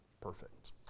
perfect